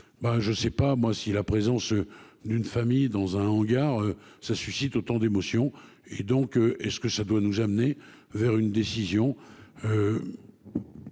Ben je sais pas moi si la présence d'une famille dans un hangar ça suscite autant d'émotion et donc est-ce que ça peut nous amener vers une décision.